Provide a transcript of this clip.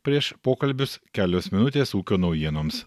prieš pokalbius kelios minutės ūkio naujienoms